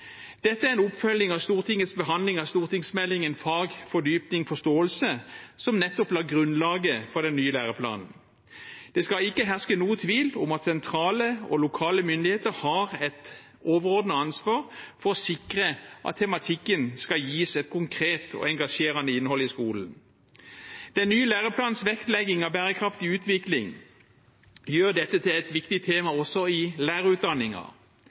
Dette er en oppfølging av Stortingets behandling av Meld. St. 28 for 2015–2016 Fag – Fordypning – Forståelse, som la grunnlaget for den nye læreplanen. Det skal ikke herske noen tvil om at sentrale og lokale myndigheter har et overordnet ansvar for å sikre at tematikken skal gis et konkret og engasjerende innhold i skolen. Den nye læreplanens vektlegging av bærekraftig utvikling gjør dette til et viktig tema også i